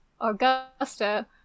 Augusta